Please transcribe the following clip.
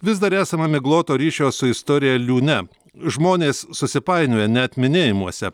vis dar esame migloto ryšio su istorija liūne žmonės susipainioja net minėjimuose